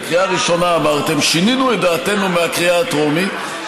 בקריאה הראשונה אמרתם: שינינו את דעתנו מהקריאה הטרומית,